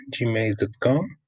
gmail.com